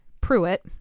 Pruitt